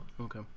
Okay